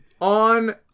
on